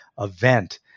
event